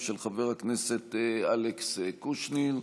של חבר הכנסת אלכס קושניר,